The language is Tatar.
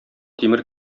тимер